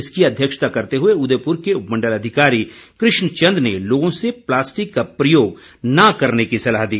इसकी अध्यक्षता करते हुए उदयपुर के उपमण्डल अधिकारी कृष्ण चंद ने लोगों से प्लास्टिक का प्रयोग न करने की सलाह दी